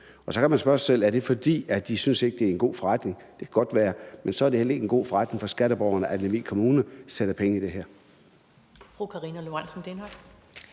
Og så kan man spørge sig selv: Er det, fordi de ikke synes, det er en god forretning? Det kan godt være, men så er det heller ikke en god forretning for skatteborgerne, at Lemvig Kommune sætter penge i det her.